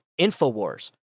InfoWars